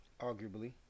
Arguably